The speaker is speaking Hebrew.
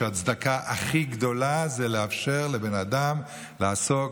שהצדקה הכי גדולה זה לאפשר לבן אדם לעסוק